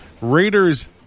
Raiders